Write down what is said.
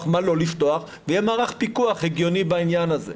ומה לא לפתוח ויהיה מערך פיקוח הגיוני בעניין הזה.